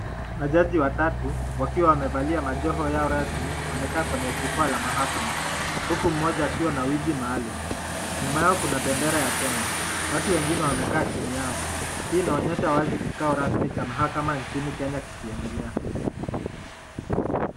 Majaji watatu wakiwa wamevalia majoho yao rasmi wamekaa kwenye jukwaa la mahakama huku mmoja akiwa na wigi maalum ,nyuma yao kuna bendera ya Kenya watu wengine wamekaa chini yao. Hii inaonyesha wazi kikao rasmi cha mahakama nchini Kenya kikiendelea.